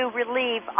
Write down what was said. relieve